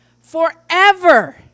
forever